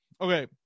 Okay